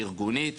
הארגונית.